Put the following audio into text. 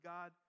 God